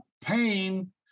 pain